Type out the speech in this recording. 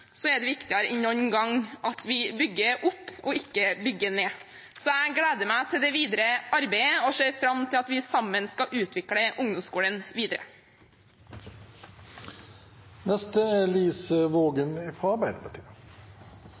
er det viktigere enn noen gang at vi bygger opp og ikke bygger ned. Jeg gleder meg til det videre arbeidet og ser fram til at vi sammen skal utvikle ungdomsskolen videre. Det er